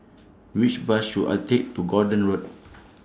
Which Bus should I Take to Gordon Road